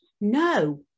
No